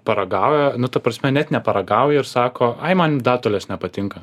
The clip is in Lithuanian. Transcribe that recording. paragauja nu ta prasme net neparagauja ir sako ai man datulės nepatinka